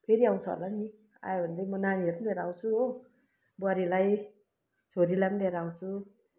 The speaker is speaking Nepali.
फेरि आउँछ होला नि आयो भने चाहिँ म नानीहरू पनि लिएर आउँछु हो बुहारीलाई छोरीलाई पनि लिएर आउँछु